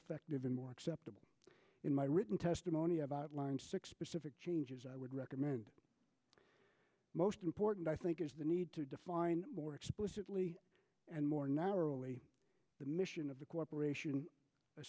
effective and more acceptable in my written testimony about lyme sic specific changes i would recommend most important i think is the need to define more explicitly and more narrowly the mission of the corporation